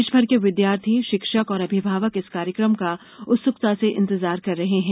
देशभर के विद्यार्थी शिक्षक और अभिभावक इस कार्यक्रम का उत्सुकता से इंतजार कर रहे हैं